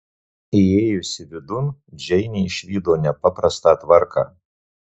įėjusi vidun džeinė išvydo nepaprastą tvarką